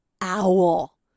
owl